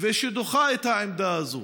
ושדוחה את העמדה הזאת.